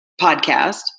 podcast